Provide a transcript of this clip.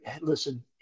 Listen